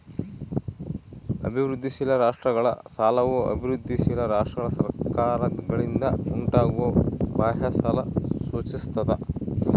ಅಭಿವೃದ್ಧಿಶೀಲ ರಾಷ್ಟ್ರಗಳ ಸಾಲವು ಅಭಿವೃದ್ಧಿಶೀಲ ರಾಷ್ಟ್ರಗಳ ಸರ್ಕಾರಗಳಿಂದ ಉಂಟಾಗುವ ಬಾಹ್ಯ ಸಾಲ ಸೂಚಿಸ್ತದ